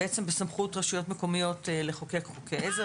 בסמכות רשויות מקומיות לחוקק חוקי עזר.